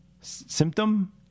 symptom